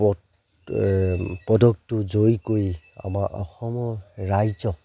পদ পদকটো জয়ী কৰি আমাৰ অসমৰ ৰাইজক